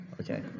okay